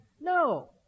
No